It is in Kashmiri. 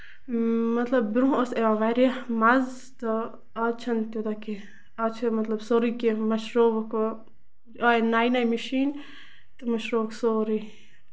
اۭں مطلب برونہہ ٲسۍ یِوان واریاہ مَزٕ تہٕ آز چھُنہٕ تیوٗتاہ کیٚنہہ آز چھُ مطلب سورُے کیٚنہہ مٔشروُکھ یہِ نیہِ نیہِ مِشیٖنہٕ تہٕ مٔشروُکھ سورُے